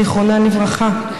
זיכרונן לברכה,